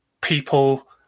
people